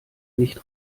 nicht